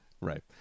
Right